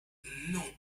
non